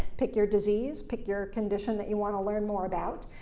pick your disease. pick your condition that you want to learn more about.